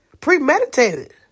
premeditated